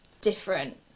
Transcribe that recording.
different